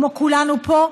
כמו כולנו פה,